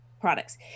products